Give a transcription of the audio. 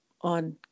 on